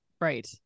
right